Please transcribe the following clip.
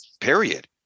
period